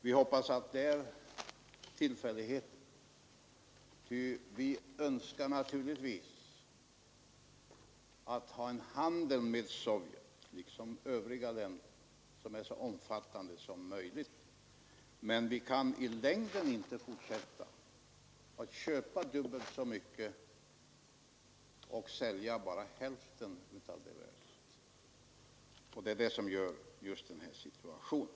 Vi hoppas att det är tillfälligt, eftersom vi naturligtvis önskar ha en handel med Sovjet — liksom med övriga länder — som är så omfattande som möjligt, men vi kan i längden givetvis inte fortsätta att köpa dubbelt så mycket och sälja bara hälften av det vi köper. Det är det som förklarar just den här situationen.